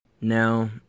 Now